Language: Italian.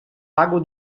lago